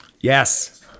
Yes